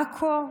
לעכו,